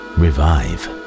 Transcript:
revive